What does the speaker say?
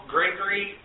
Gregory